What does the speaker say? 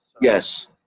Yes